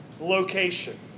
location